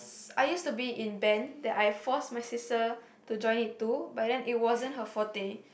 I used to be in band that I force my sister to join it too but then it wasn't her forte